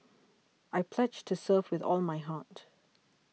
I pledge to serve with all my heart